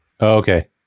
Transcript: okay